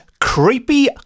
creepy